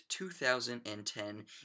2010